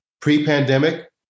pre-pandemic